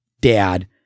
dad